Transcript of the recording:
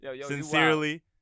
Sincerely